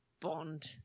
Bond